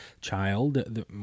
child